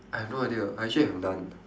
I've no idea I actually have none